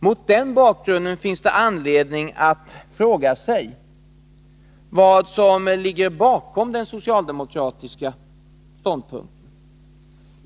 Mot den bakgrunden finns det anledning att ifrågasätta vad som ligger bakom den socialdemokratiska ståndpunkten.